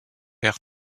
air